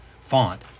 font